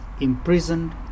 imprisoned